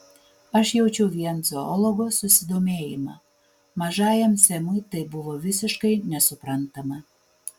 aš jaučiau vien zoologo susidomėjimą mažajam semui tai buvo visiškai nesuprantama